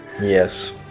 Yes